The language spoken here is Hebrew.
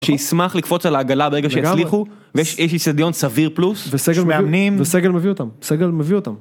שישמח לקפוץ על העגלה ברגע שהצליחו ויש איזשהו הגיון סביר פלוס וסגל מאמנים - וסגל מביא אותם.